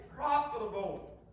profitable